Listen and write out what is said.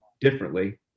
differently